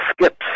Skips